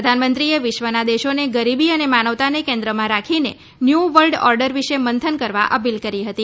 પ્રધાનમંત્રીએ વિશ્વના દેશોને ગરીબી અને માનવતાને કેન્દ્રમાં રાખીને ન્યૂ વર્લ્ડ ઓર્ડર વિશે મંથન કરવા અપીલ કરી હતી